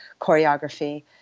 choreography